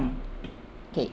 okay